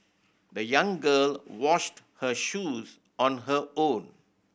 the young girl washed her shoes on her own